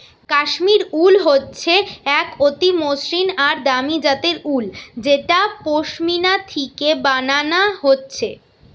কাশ্মীর উল হচ্ছে এক অতি মসৃণ আর দামি জাতের উল যেটা পশমিনা থিকে বানানা হচ্ছে